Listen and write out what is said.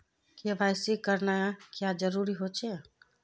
KYC करना क्याँ जरुरी होचे?